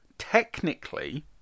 technically